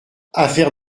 affaire